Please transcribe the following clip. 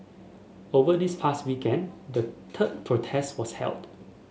over this past weekend the third protest was held